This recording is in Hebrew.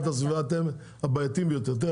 אתם הבעייתיים ביותר,